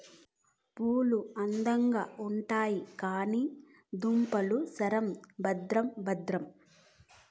పూలు అందంగా ఉండాయి కానీ దుంపలు ఇసం భద్రం భద్రం